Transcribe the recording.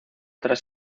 tras